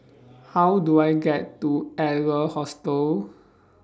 How Do I get to Adler Hostel